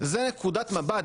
זו נקודת מבט,